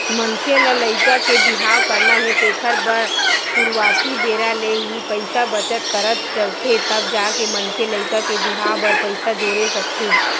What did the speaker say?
मनखे ल लइका के बिहाव करना हे तेखर बर सुरुवाती बेरा ले ही पइसा बचत करत चलथे तब जाके मनखे लइका के बिहाव बर पइसा जोरे सकथे